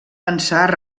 pensar